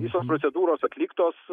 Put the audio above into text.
visos procedūros atliktos